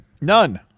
None